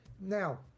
Now